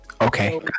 okay